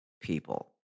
people